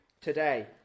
today